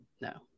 No